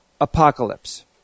apocalypse